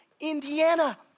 Indiana